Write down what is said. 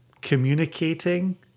communicating